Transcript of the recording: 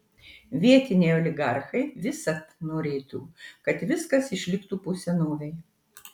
vietiniai oligarchai visad norėtų kad viskas išliktų po senovei